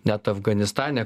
net afganistane